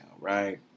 right